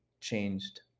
changed